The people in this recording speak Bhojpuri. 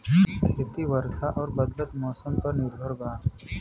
खेती वर्षा और बदलत मौसम पर निर्भर बा